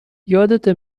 یادته